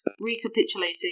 recapitulating